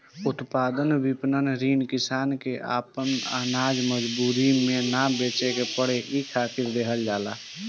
उत्पाद विपणन ऋण किसान के आपन आनाज मजबूरी में ना बेचे के पड़े इ खातिर देहल जाला